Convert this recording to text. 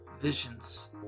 Visions